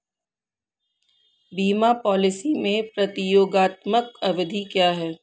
बीमा पॉलिसी में प्रतियोगात्मक अवधि क्या है?